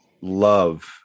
love